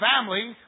family